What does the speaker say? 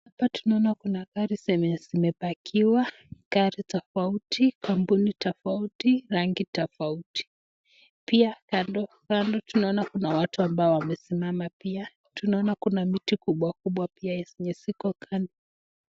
Hapa tunaona kuna gari zimepakiwa, gari tofauti, kampuni tofauti, rangi tofauti, pia kando kando tunaona kuna watu ambao wamesimama pia, tunaona kuna miti kubwa kubwa enye ziko kando.